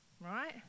right